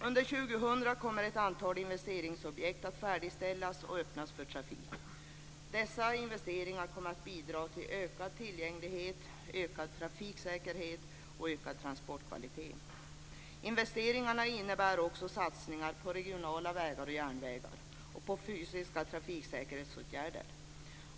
Under år 2000 kommer ett antal investeringsobjekt att färdigställas och öppnas för trafik. Dessa investeringar kommer att bidra till ökad tillgänglighet, ökad trafiksäkerhet och ökad transportkvalitet. Investeringarna innebär också satsningar på regionala vägar och järnvägar och på fysiska trafiksäkerhetsåtgärder.